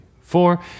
four